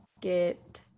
get